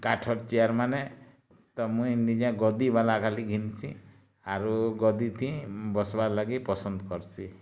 କାଠର୍ ଚିୟାର୍ମାନେ ତ ମୁଇଁ ନିଜେ ଗଦିବାଲା ଖାଲି ଘିନ୍ସିଁ ଆରୁଁ ଗଁଦି ଥି ବସ୍ବାର୍ ଲାଗି ପସନ୍ଦ କର୍ସିଁ